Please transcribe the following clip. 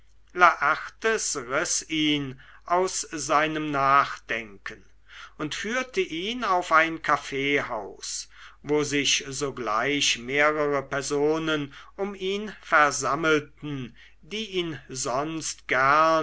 ihn aus seinem nachdenken und führte ihn auf ein kaffeehaus wo sich sogleich mehrere personen um ihn versammelten die ihn sonst gern